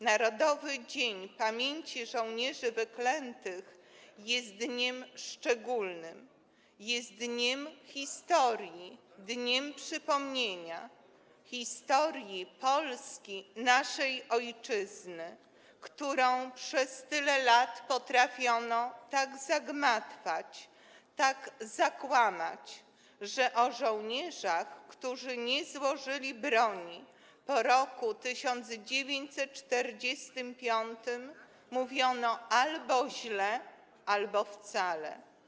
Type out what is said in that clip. Narodowy Dzień Pamięci „Żołnierzy Wyklętych” jest dniem szczególnym, jest dniem historii, dniem przypomnienia historii Polski, naszej ojczyzny, którą przez tyle lat potrafiono tak zagmatwać, tak zakłamać, że o żołnierzach, którzy nie złożyli broni po roku 1945, mówiono albo źle, albo nie mówiono wcale.